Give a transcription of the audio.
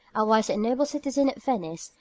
a wise and noble citizen of venice,